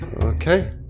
Okay